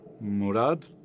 Murad